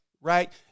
Right